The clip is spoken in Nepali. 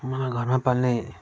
मलाई घरमा पाल्ने